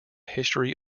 history